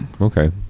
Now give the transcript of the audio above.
okay